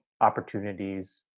opportunities